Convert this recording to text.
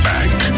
Bank